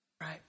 right